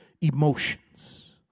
emotions